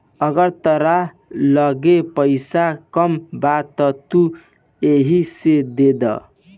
अगर तहरा लगे पईसा कम बा त तू एही से देद